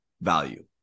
value